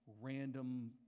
random